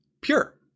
pure